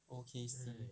O_K_C